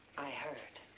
i heard.